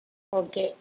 okay